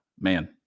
man